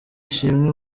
ishimwe